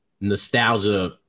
nostalgia